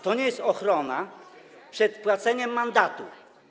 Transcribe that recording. To nie jest ochrona przed płaceniem mandatu.